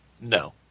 No